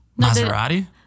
Maserati